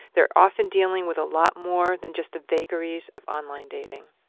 they're often dealing with a lot more than just the vagaries of online dating